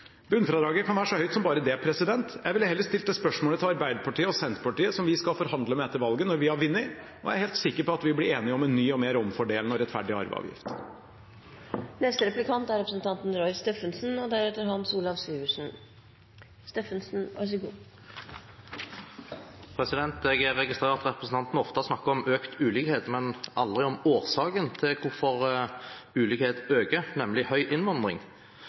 Bunnfradraget kan være så høyt som bare det. Jeg ville heller stilt det spørsmålet til Arbeiderpartiet og Senterpartiet, som vi skal forhandle med etter valget når vi har vunnet, og jeg er helt sikker på at vi blir enige om en ny og mer omfordelende og rettferdig arveavgift. Jeg registrerer at representanten ofte snakker om økt ulikhet, men aldri om årsaken til hvorfor ulikheten øker, nemlig høy innvandring.